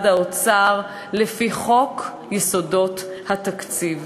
האוצר מפרסם לפי חוק יסודות התקציב.